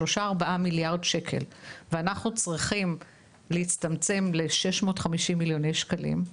3-4 מיליארד שקלים ואנחנו צריכים להצטמצם ל-650 מיליון שקלים,